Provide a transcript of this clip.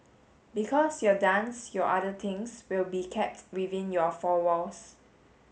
because your dance your other things will be kept within your four walls